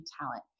talent